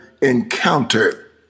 encounter